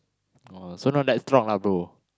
oh so not that strong lah bro